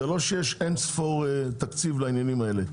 זה לא שיש תקציב לא מוגבל לעניינים האלה.